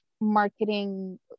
marketing